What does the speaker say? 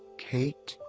kate.